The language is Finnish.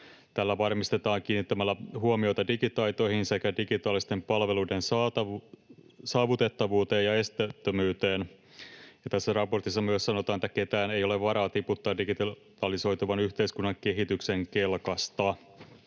Tämä varmistetaan kiinnittämällä huomiota digitaitoihin sekä digitaalisten palveluiden saavutettavuuteen ja esteettömyyteen. Tässä raportissa myös sanotaan, että ketään ei ole varaa tiputtaa digitalisoituvan yhteiskunnan kehityksen kelkasta.